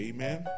Amen